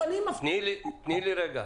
לילי,